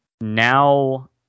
now